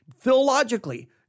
philologically